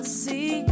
see